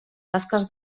tasques